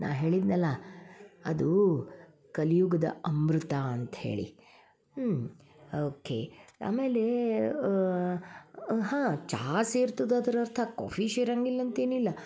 ನಾ ಹೇಳಿದ್ನಲ್ಲಾ ಅದು ಕಲಿಯುಗದ ಅಮೃತ ಅಂತ್ಹೇಳಿ ಹ್ಞೂ ಓಕೆ ಆಮೇಲೆ ಹಾಂ ಚಾ ಸೇರ್ತದ ಅದ್ರ ಅರ್ಥ ಕಾಫಿ ಶೇರಂಗಿಲ್ಲ ಅಂತೇನಿಲ್ಲ